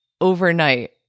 overnight